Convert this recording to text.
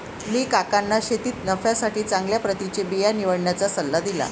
मी काकांना शेतीत नफ्यासाठी चांगल्या प्रतीचे बिया निवडण्याचा सल्ला दिला